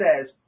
says